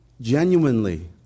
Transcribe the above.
genuinely